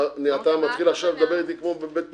עכשיו אתה מתחיל לדבר אתי כמו בבית משפט.